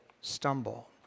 stumble